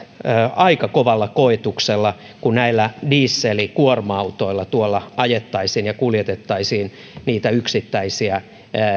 aika kovalla koetuksella kun näillä dieselkuorma autoilla tuolla ajettaisiin ja kuljetettaisiin niitä yksittäisiä